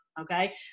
Okay